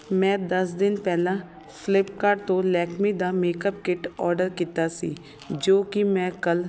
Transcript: ਮੈਂ ਦਸ ਦਿਨ ਪਹਿਲਾਂ ਫਲਿੱਪਕਾਰਟ ਤੋਂ ਲੈਕਮੇ ਦਾ ਮੇਕਅਪ ਕਿੱਟ ਔਰਡਰ ਕੀਤਾ ਸੀ ਜੋ ਕਿ ਮੈਂ ਕੱਲ੍ਹ